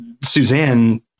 suzanne